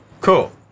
Cool